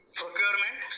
procurement